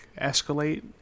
escalate